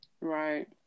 Right